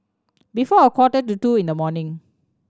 before a quarter to two in the morning